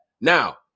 now